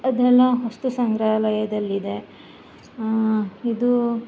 ಅದೆಲ್ಲ ವಸ್ತು ಸಂಗ್ರಹಾಲಯದಲ್ಲಿದೆ ಇದು